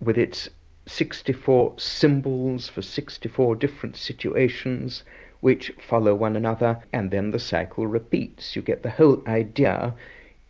with its sixty-four symbols for sixty-four different situations which follow one another, and then the cycle repeats. you get the whole idea